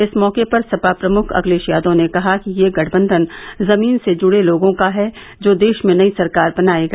इस मौके पर सपा प्रमुख अखिलेश यादव ने कहा कि यह गठबंधन जमीन से जुड़े लोगों का है जो देश में नई सरकार बनायेगा